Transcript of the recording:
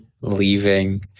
leaving